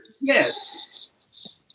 Yes